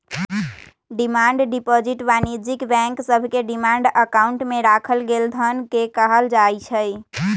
demand deposit वाणिज्यिक bank सभके demand account में राखल गेल धन के कहल जाइ छै